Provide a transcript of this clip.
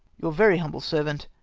your very humble servant,